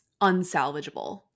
unsalvageable